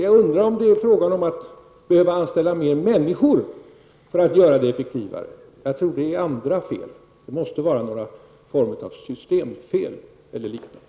Jag undrar därför om man behöver anställa fler människor för att göra arbetet effektivare. Jag tror att det är fråga om andra fel. Det måste vara någon form av systemfel eller liknande.